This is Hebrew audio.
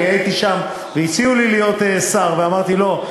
הייתי שם והציעו לי להיות שר ואמרתי: לא,